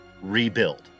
rebuild